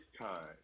time